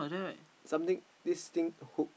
something this thing hook